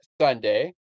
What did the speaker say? Sunday